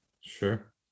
sure